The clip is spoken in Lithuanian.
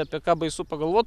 apie ką baisu pagalvot